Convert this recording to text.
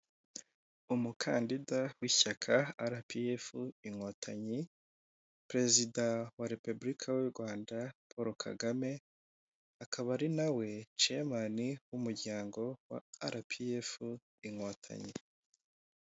Umukandida w'ishyaka arapiyefu inkotanyi perezida wa Repubulika y'u Rwanda Paul Kagame, akaba ari nawe ceyamani w'umuryango wa arapiyefu inkotanyi.